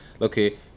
Okay